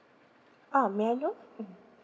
ah may I know mm